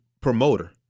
promoter